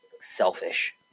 selfish